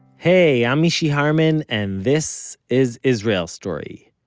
hey i'm mishy harman and this is israel story.